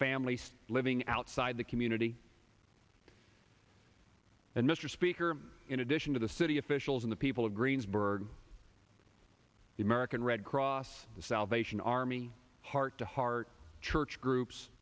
families living outside the community and mr speaker in addition to the city officials in the people of greensburg the american red cross the salvation army heart to heart church groups